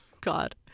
God